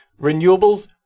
Renewables